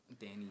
Danny